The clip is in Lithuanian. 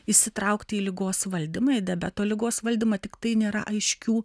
įsitraukti į ligos valdymą ir diabeto ligos valdymą tiktai nėra aiškių